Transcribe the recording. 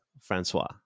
Francois